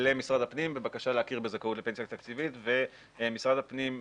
למשרד הפנים בבקשה להכיר בזכאות לפנסיה תקציבית ומשרד הפנים,